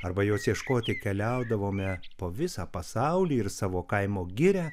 arba jos ieškoti keliaudavome po visą pasaulį ir savo kaimo girią